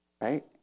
Right